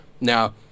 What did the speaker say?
now